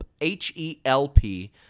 H-E-L-P